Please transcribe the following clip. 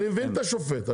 אני מבין את השופט.